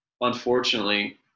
unfortunately